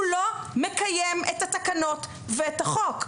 הוא לא מקיים את התקנות ואת החוק.